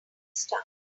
stuff